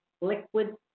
liquid